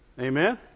Amen